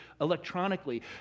electronically